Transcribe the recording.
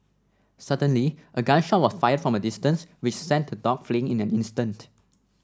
suddenly a gun shot was fired from a distance which sent the dogs fleeing in an instant